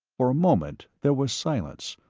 for a moment there was silence,